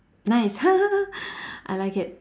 nice I like it